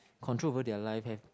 control over their life have